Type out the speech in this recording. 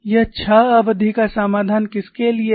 यह 6 अवधि का समाधान किसके लिए है